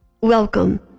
Welcome